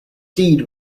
deed